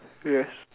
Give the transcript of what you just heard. yes